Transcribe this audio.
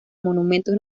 monumentos